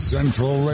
Central